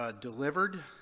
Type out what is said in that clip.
delivered